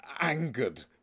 angered